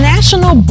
National